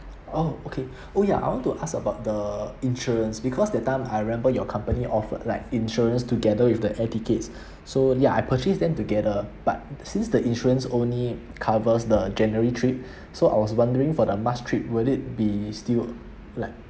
oh okay oh ya I want to ask about the insurance because that time I remember your company offered like insurance together with the air tickets so ya I purchased them together but since the insurance only covers the january trip so I was wondering for the march trip will it be still like